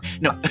no